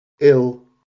Ill